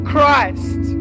Christ